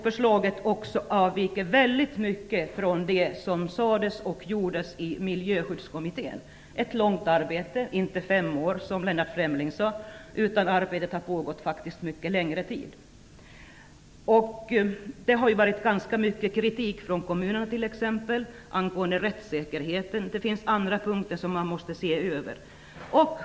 Förslaget avviker också väldigt mycket från det som sades och gjordes i Miljöskyddskommittén. Det är ett långt arbete som har bedrivits där. Det har pågått, inte fem år som Lennart Fremling sade, utan mycket längre tid. Det har förekommit ganska mycket kritik från t.ex. kommunerna angående rättsäkerheten. Det finns andra punkter som också måste ses över.